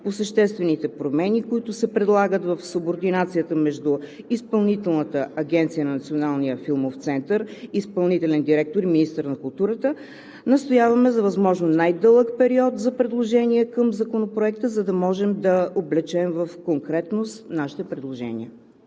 по съществените промени, които се предлагат в субординацията между Изпълнителната агенция на Националния филмов център – изпълнителен директор, и министър на културата, настояваме за възможно най-дълъг период за предложения към Законопроекта, за да можем да облечем в конкретност нашите предложения.